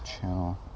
channel